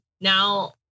now